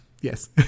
Yes